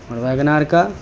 اور Wagon R کا